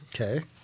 Okay